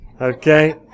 Okay